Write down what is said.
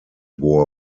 war